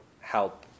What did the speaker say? help